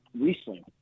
recently